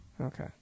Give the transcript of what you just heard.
Okay